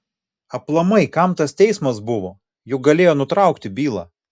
aplamai kam tas teismas buvo juk galėjo nutraukti bylą